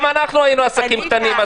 גם אנחנו היינו עסקים קטנים.